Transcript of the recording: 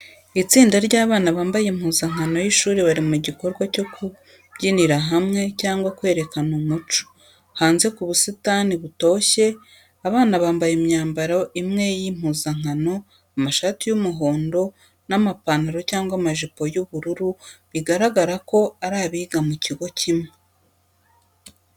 Itsinda ry’abana bambaye impuzankano y’ishuri bari mu gikorwa cyo kubyinira hamwe cyangwa kwerekana umuco, hanze ku busitani butoshye. Abana bambaye imyambaro imwe y'impuzankano, amashati y'umuhondo n’amapantaro cyangwa amajipo y’ubururu bigaragaza ko ari abiga mu kigo kimwe.